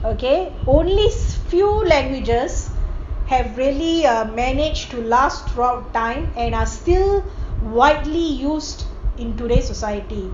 okay only few languages have really uh managed to last long time and are still widely used in today's society